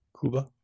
Cuba